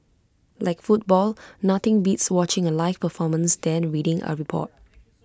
like football nothing beats watching A live performance than reading A report